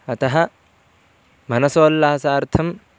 अतः मनसोल्लासार्थं